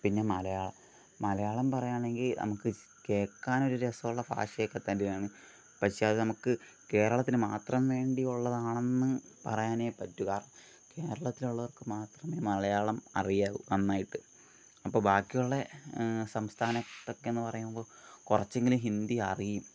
പിന്നെ മലയാളം മലയാളം പറയുകയാണെങ്കിൽ നമുക്ക് കേൾക്കാൻ ഒരു രസമുള്ള ഭാഷയൊക്കെ തന്നെയാണ് പക്ഷേ അത് നമുക്ക് കേരളത്തിന് മാത്രം വേണ്ടിയുള്ളതാണെന്ന് പറയാനെ പറ്റുക കേരളത്തിലുള്ളവർക്ക് മാത്രം മലയാളം അറിയാവു നന്നായിട്ട് അപ്പം ബാക്കിയുള്ള സംസ്ഥാനത്തൊക്കെ എന്ന് പറയുമ്പോൾ കുറച്ചെങ്കിലും ഹിന്ദി അറിയും